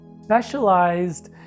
specialized